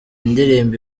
ndirimbo